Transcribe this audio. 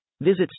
Visit